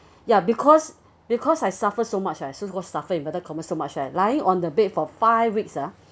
ya because because I suffer so much lah so much at lying on the bed for five weeks ah